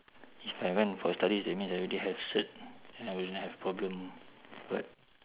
if I went for studies that means I already have cert I wouldn't have problem but